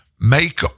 make